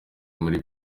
ari